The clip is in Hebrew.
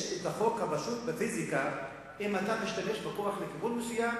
יש החוק הפשוט בפיזיקה שאם אתה משתמש בכוח לכיוון מסוים,